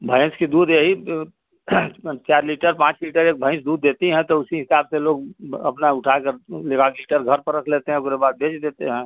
भैंस के दूध यही चार लीटर पाँच लीटर एक भैंस दूध देती हैं तो उसी हिसाब से लोग अपना उठाकर लेवा के लीटर घर पर रख लेते हैं ओकरे बाद बेच देते हैं